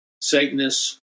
Satanists